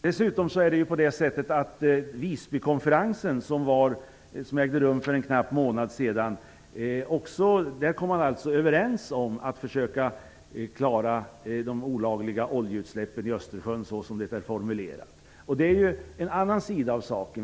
Dessutom kom man på Visbykonferensen, som ägde rum för en knapp månad sedan, överens om att försöka klara de olagliga oljeutsläppen i Östersjön, som det är formulerat. Det är en annan sida av saken.